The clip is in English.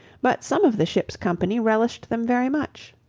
but some of the ship's company relished them very much.